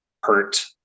hurt